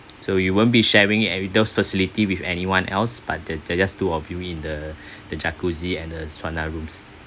so you won't be sharing in those facility with anyone else but there there's just two of you in the the jacuzzi and sauna rooms